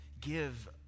give